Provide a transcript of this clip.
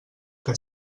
que